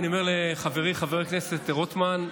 אני אומר לחברי חבר הכנסת רוטמן,